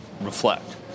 reflect